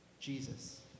Jesus